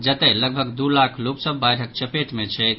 जतय लगभग दू लाख लोक सभ बाढ़िक चपेट मे छथि